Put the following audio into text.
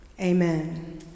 amen